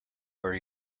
where